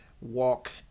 walk